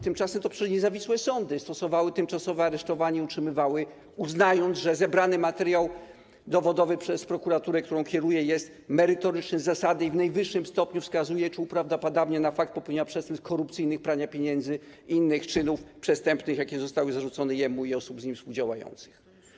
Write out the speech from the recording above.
Tymczasem to przecież niezawisłe sądy stosowały tymczasowe aresztowanie i to utrzymywały, uznając, ze zebrany materiał dowodowy przez prokuraturę, którą kieruję, jest merytoryczny, zasadny i w najwyższym stopniu wskazuje na fakt czy uprawdopodabnia fakt popełnienia przestępstw korupcyjnych, prania pieniędzy i innych czynów przestępczych, jakie zostały zarzucone jemu i osobom z nim współdziałającym.